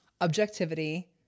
objectivity